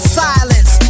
silence